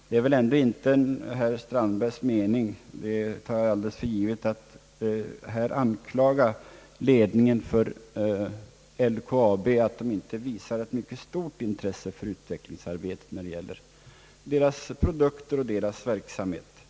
Det är väl ändå inte herr Strandbergs mening — det tar jag för givet — att anklaga ledningen för LKAB för att inte visa ett mycket stort intresse för utvecklingsarbete när det gäller företagets produkter och dess verksamhet?